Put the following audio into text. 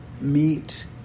meet